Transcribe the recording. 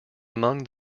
among